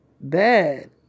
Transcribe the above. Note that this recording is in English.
Bad